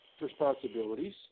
responsibilities